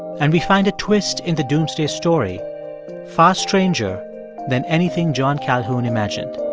and we find a twist in the doomsday story far stranger than anything john calhoun imagined